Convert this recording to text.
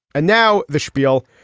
and now the spiel.